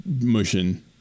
motion